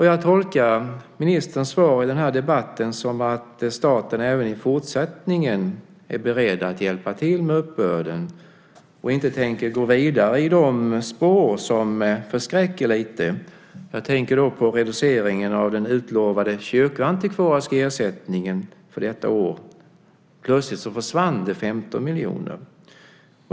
Jag tolkar ministerns svar i den här debatten som att staten även i fortsättningen är beredd att hjälpa till med uppbörden och inte tänker gå vidare i de spår som lite grann förskräcker. Jag tänker då på reduceringen av den utlovade kyrkoantikvariska ersättningen för detta år. Plötsligt försvann det 15 miljoner.